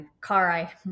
car